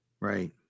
Right